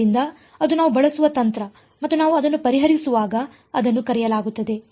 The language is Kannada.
ಆದ್ದರಿಂದ ಅದು ನಾವು ಬಳಸುವ ತಂತ್ರ ಮತ್ತು ನಾವು ಅದನ್ನು ಪರಿಹರಿಸುವಾಗ ಅದನ್ನು ಕರೆಯಲಾಗುತ್ತದೆ